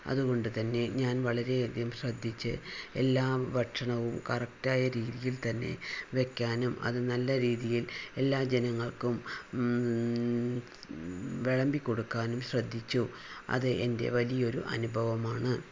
അതുകൊണ്ടുതന്നെ ഞാൻ വളരെയധികം ശ്രദ്ധിച്ച് എല്ലാ ഭക്ഷണവും കറക്റ്റ് ആയ രീതിയിൽ തന്നെ വെക്കാനും അത് നല്ല രീതിയിൽ എല്ലാ ജനങ്ങൾക്കും വിളമ്പി കൊടുക്കാനും ശ്രദ്ധിച്ചു അത് എൻ്റെ വലിയ ഒരു അനുഭവമാണ്